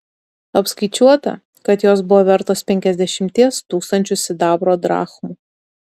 apskaičiuota kad jos buvo vertos penkiasdešimties tūkstančių sidabro drachmų